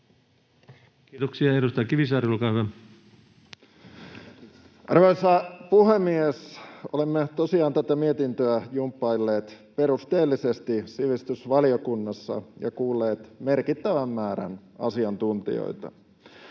Kiitoksia. — Edustaja Kivisaari, olkaa hyvä. Arvoisa puhemies! Olemme tosiaan tätä mietintöä jumppailleet perusteellisesti sivistysvaliokunnassa ja kuulleet merkittävän määrän asiantuntijoita.